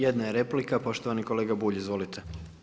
Jedna je replika poštovani kolega Bulj, izvolite.